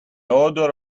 odor